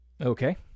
Okay